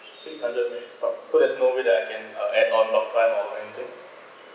since under so there's no way that I can uh add on talk time or anything